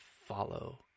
follow